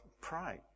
pray